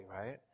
right